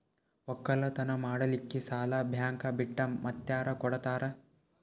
ಒಕ್ಕಲತನ ಮಾಡಲಿಕ್ಕಿ ಸಾಲಾ ಬ್ಯಾಂಕ ಬಿಟ್ಟ ಮಾತ್ಯಾರ ಕೊಡತಾರ?